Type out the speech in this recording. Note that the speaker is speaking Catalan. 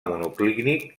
monoclínic